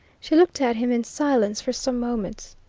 she looked at him in silence for some moments.